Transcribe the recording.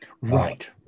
right